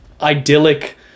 idyllic